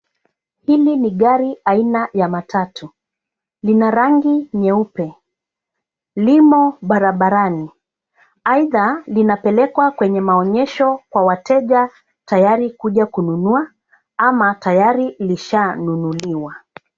Hili ni gari aina ya matatu. Lina rangi nyeupe. Limo barabarani. Aidha, linapelekwa kwenye maonyesho kwa wateja tayari kuja kununua ama tayari lishaanunuliwa.